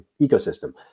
ecosystem